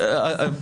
בעיקרון,